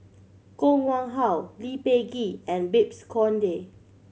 Koh Nguang How Lee Peh Gee and Babes Conde